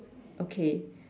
okay